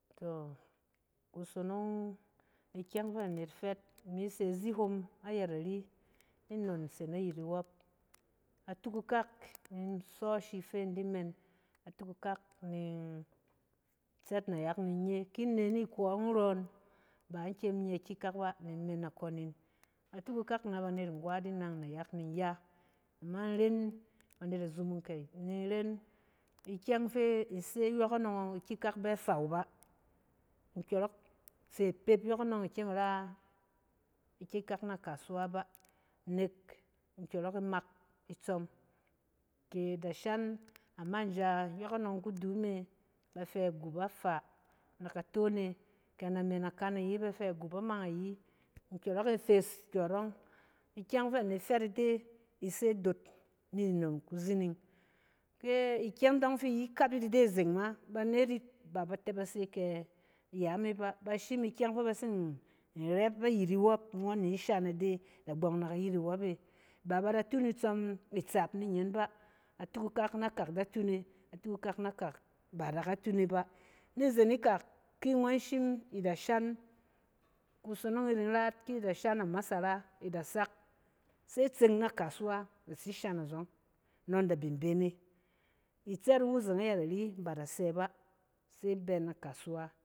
Tɔ! Kusonong ikyɛng fɛ anet fɛt, imi se azihom ayɛt ari, inon se nayɛt iwɔp, atukak in sɔ ashi fe in di men, atukak ni in tsɛt nayak ni nyes, ki in ne ni kɔ in rɔng, ba in kyem in nye ikikak bá. ni in men akɔng in, atukak ne banet angwa di nang nayak ni in ya. ama in ren, banet azumung ke, ni ren ikyɛng fɛ ise yɔkɔnɔng ɔng, ikikak bɛ faw bá, nkyɔrɔk se pet yɔkɔnɔng ɔng i kyem i ra ikikak na kasuwa bá. nɛk nkyɔrɔng e mak itsɔm, ke i da shan amaija yɔkɔnɔng kudu me ba fɛ agup afaa ne aton e, ke name na kan ayi, ba fɛ agup amang ayi, nkyɔrɔk e fes kyɔrɔng. Ikyɛng fɛ anet fɛt ide ise goot ni nom kuzining, ke ikyɛng dɔng fi iyit kap e azeng ma, banet yit ba ba se ke yame bá, ba shim ikyɛng fɛ ba tsin rɛp ayit iwɔp ngɔn ni shan ide kagbung na kayit iwɔp. ba ba tung itsɔm itsaap ni ne bá, atuk kak na kak da tung e, atuk kak na kak ba da tung e bá. Ni zeng ikak, ki ngɔn shim i da shan, kushonong yit in ra yit, ki i da shan amasara i da sak, se i tseng na kasuwa, i da tsi shan azɔng, nɔng i da bin bene, i tsɛt iwu azeng ayɛt ari, ba da sɛ wu bá, se i bɛ na kasuwa.